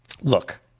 Look